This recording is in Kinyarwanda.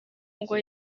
ngo